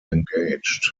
engaged